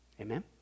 Amen